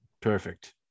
Perfect